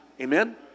Amen